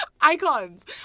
icons